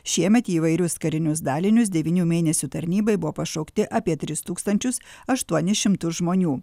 šiemet į įvairius karinius dalinius devynių mėnesių tarnybai buvo pašaukti apie tris tūkstančius aštuonis šimtus žmonių